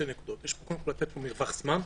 קודם כל, לתת לו מרווח זמן,